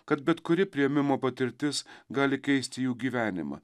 kad bet kuri priėmimo patirtis gali keisti jų gyvenimą